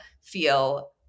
feel